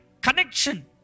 connection